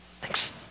Thanks